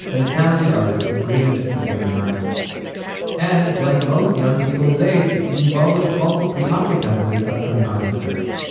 and a talented artist who dreamed of becoming an architect and like most young people people his age, yuval was also preoccupied with his upcoming army service.